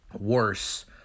worse